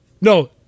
no